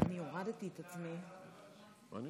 אפשר עמדה מהצד, בבקשה?